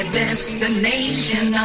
destination